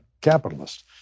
capitalist